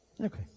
Okay